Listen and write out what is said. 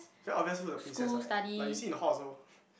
very obvious who the princess are that like you see in hall also